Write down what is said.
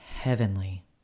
heavenly